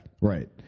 Right